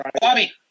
Bobby